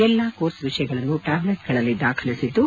ಎಲ್ಲಾ ಕೋರ್ಸ್ ವಿಷಯಗಳನ್ನು ಟ್ಯಾಬ್ಲೆಟ್ಗಳಲ್ಲಿ ದಾಖಲಿಸಿದ್ದು